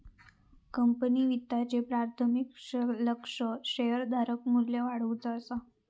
company वित्ताचे प्राथमिक लक्ष्य शेअरधारक मू्ल्य वाढवुचा असा